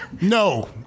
No